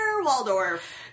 Waldorf